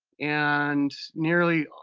and nearly